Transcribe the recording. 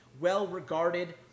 well-regarded